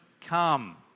come